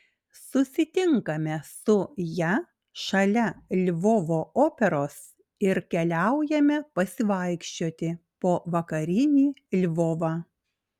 susitinkame su ja šalia lvovo operos ir keliaujame pasivaikščioti po vakarinį lvovą